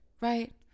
right